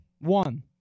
One